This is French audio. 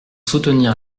soutenir